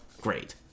great